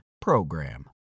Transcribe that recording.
PROGRAM